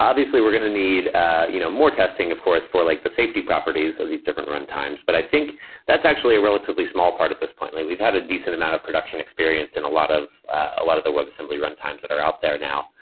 obviously we're going to need you know more testing, of course, for like the safety properties of these different runtimes. but i think that's actually a relatively small part at this point. we've had a decent amount of production experience in lot of ah lot of the web assembly runtimes that are out there now.